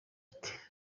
ati